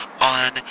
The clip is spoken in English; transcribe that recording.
on